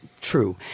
true